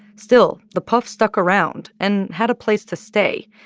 still, the puf stuck around and had a place to stay.